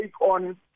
on